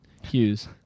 hughes